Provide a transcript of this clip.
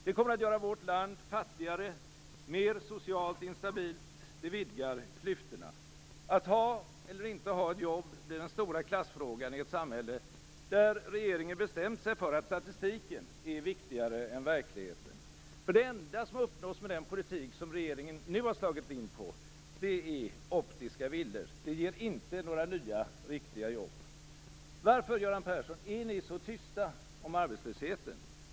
Det kommer att göra vårt land fattigare, mer socialt instabilt och det vidgar klyftorna. Att ha eller att inte ha ett jobb blir den stora klassfrågan i ett samhälle där regeringen bestämt sig för att statistiken är viktigare än verkligheten. Det enda som uppnås med den politik som regeringen nu har slagit in på är optiska villor. Det ger inte några nya riktiga jobb. Varför, Göran Persson, är ni så tysta om arbetslösheten?